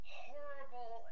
horrible